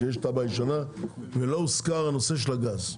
שיש תב"ע ישנה ולא הוזכר הנושא של הגז.